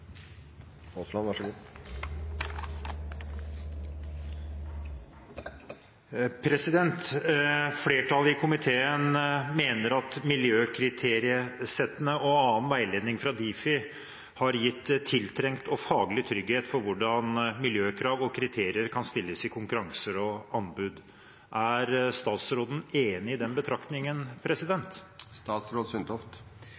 Flertallet i komiteen mener at miljøkriteriesettene og annen veiledning fra Difi har gitt tiltrengt og faglig trygghet for hvordan miljøkrav og kriterier kan stilles i konkurranser og anbud. Er statsråden enig i den betraktningen?